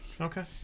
Okay